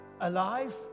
alive